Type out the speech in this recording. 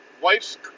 wife's